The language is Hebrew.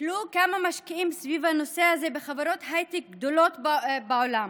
תסתכלו כמה משקיעים בנושא הזה בחברות הייטק גדולות בעולם.